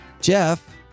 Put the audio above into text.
Jeff